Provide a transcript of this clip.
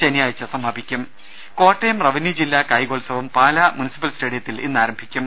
ശനിയാഴ്ച സമാപിക്കും കോട്ടയം റവന്യുജില്ലാ കായികോത്സവം പാലാ മുനിസിപ്പൽ സ്റ്റേഡി യത്തിൽ ഇന്നാരംഭിക്കും